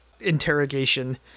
interrogation